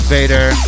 Vader